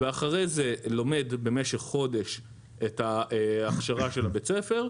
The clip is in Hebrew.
ואחרי זה לומד במשך חודש את ההכשרה של בית הספר,